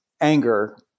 anger